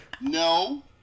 No